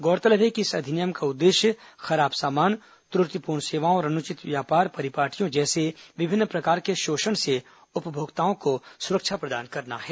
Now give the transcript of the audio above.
गौरतलब है कि इस अधिनियम का उद्देश्य खराब सामान त्रुटिपूर्ण सेवाओं और अनुचित व्यापार परिपाटियां जैसे विभिन्न प्रकार के शोषण से उपभोक्ताओं को सुरक्षा प्रदान करना है